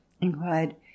inquired